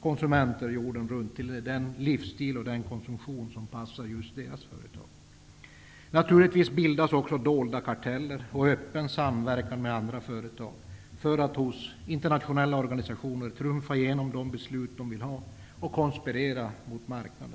konsumenter jorden runt att följa den livsstil och det konsumtionsmönster som passar just dessa företag. Naturligtvis bildas dolda karteller, och samtidigt sker det en öppen samverkan med andra företag för att hos internationella organisationer trumfa igenom de beslut de vill ha och konspirera mot marknaden.